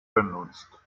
benutzt